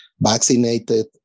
vaccinated